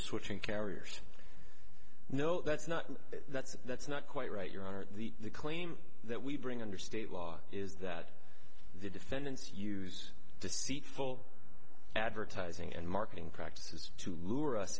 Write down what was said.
switching carriers no that's not that's that's not quite right your honor the claim that we bring under state law is that the defendants use deceitful advertising and marketing practices to lure us